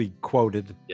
quoted